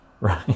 right